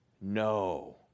no